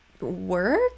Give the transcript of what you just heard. work